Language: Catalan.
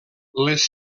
les